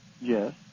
Yes